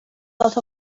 lot